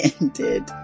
ended